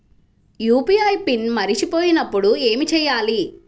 UPI PIN మరచిపోయినప్పుడు ఏమి చేయాలి?